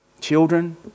children